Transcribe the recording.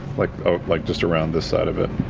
like ah like just around this side of it.